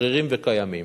הם שרירים וקיימים.